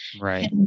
Right